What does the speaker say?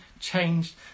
changed